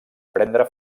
prendre